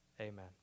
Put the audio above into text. Amen